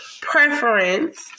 preference